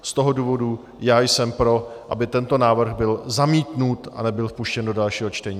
Z toho důvodu já jsem pro, aby tento návrh byl zamítnut a nebyl vpuštěn do dalšího čtení.